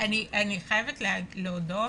אני חיבת להודות